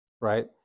Right